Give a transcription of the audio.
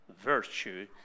virtue